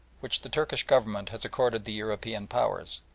which the turkish government has accorded the european powers,